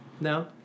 No